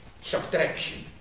subtraction